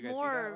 more